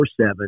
24-7